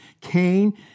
Cain